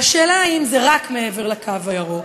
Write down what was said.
והשאלה היא אם זה רק מעבר לקו הירוק.